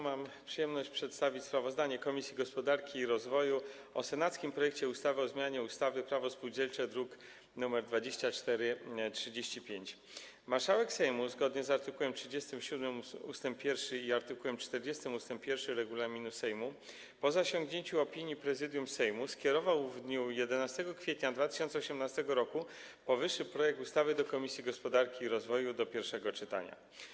Mam przyjemność przedstawić sprawozdanie Komisji Gospodarki i Rozwoju o senackim projekcie ustawy o zmianie ustawy Prawo spółdzielcze, druk nr 2435. Marszałek Sejmu, zgodnie z art. 37 ust. 1 i art. 40 ust. 1 regulaminu Sejmu, po zasięgnięciu opinii Prezydium Sejmu, skierował w dniu 11 kwietnia 2018 r. powyższy projekt ustawy do Komisji Gospodarki i Rozwoju w celu pierwszego czytania.